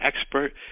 expert